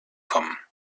kommen